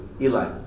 Eli